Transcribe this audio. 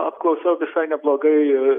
apklausa visai neblogai